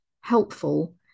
helpful